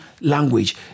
language